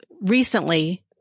recently